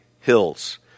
hills